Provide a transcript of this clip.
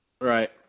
Right